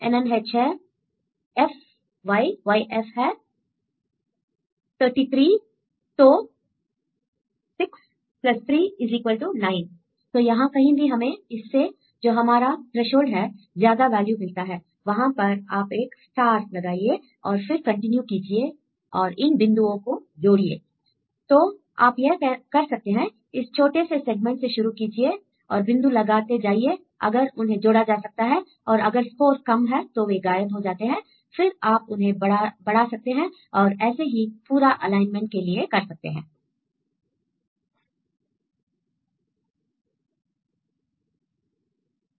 student 6 NN है 6 FY Y F है 3 3 I तो 6 3 9 तो जहां कहीं भी हमें इससे जो हमारा थ्रेशोल्ड है ज्यादा वैल्यू मिलता है वहां पर आप एक स्टार लगाइए और फिर कंटिन्यू कीजिए और इन बिंदुओं को जोड़िए I तो आप यह कर सकते हैं इस छोटे से सेगमेंट से शुरू कीजिए और बिंदु लगाते जाइए I अगर उन्हें जोड़ा जा सकता है और अगर स्कोर कम है तो वे गायब हो जाते हैं I फिर आप उन्हें बढ़ा सकते हैं और ऐसे ही पूरा अलाइनमेंट के लिए कर सकते हैं I